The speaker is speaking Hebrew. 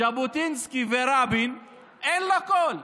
ז'בוטינסקי ורבין, אין לו קול,